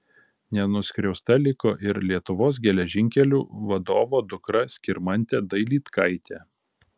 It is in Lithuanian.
nenuskriausta liko ir lietuvos geležinkelių vadovo dukra skirmantė dailydkaitė